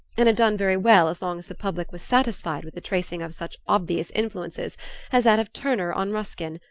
and had done very well as long as the public was satisfied with the tracing of such obvious influences as that of turner on ruskin,